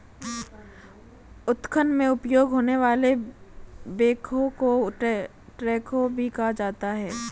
उत्खनन में उपयोग होने वाले बैकहो को ट्रैकहो भी कहा जाता है